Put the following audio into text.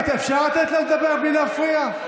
אפשר לתת לה לדבר בלי להפריע?